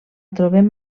trobem